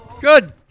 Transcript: Good